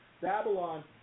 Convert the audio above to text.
Babylon